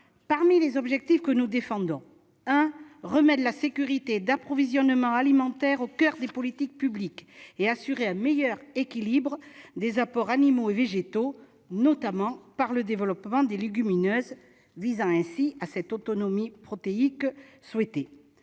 Premièrement, nous voulons remettre la sécurité d'approvisionnement alimentaire au coeur des politiques publiques et assurer un meilleur équilibre des apports animaux et végétaux, notamment par le développement des légumineuses, visant ainsi une autonomie protéique.